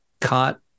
caught